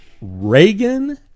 Reagan